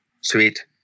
sweet